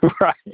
Right